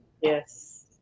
Yes